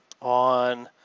on